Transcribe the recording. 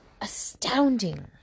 astounding